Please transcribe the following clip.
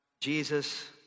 Jesus